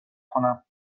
کنم